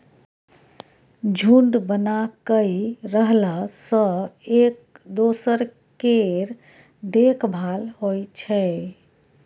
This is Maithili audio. झूंड बना कय रहला सँ एक दोसर केर देखभाल होइ छै